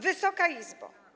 Wysoka Izbo!